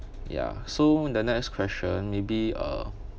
ya so the next question maybe uh